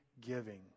giving